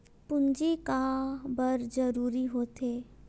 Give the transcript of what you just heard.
पूंजी का बार जरूरी हो थे?